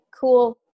cool